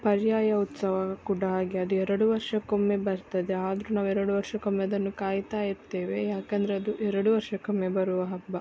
ಪರ್ಯಾಯ ಉತ್ಸವ ಕೂಡ ಹಾಗೆ ಅದು ಎರಡು ವರ್ಷಕೊಮ್ಮೆ ಬರ್ತದೆ ಆದರು ನಾವು ಎರಡು ವರ್ಷಕೊಮ್ಮೆ ಅದನ್ನು ಕಾಯ್ತಾಯಿರ್ತೇವೆ ಯಾಕೆಂದ್ರೆ ಅದು ಎರಡು ವರ್ಷಕ್ಕೊಮ್ಮೆ ಬರುವ ಹಬ್ಬ